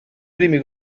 primi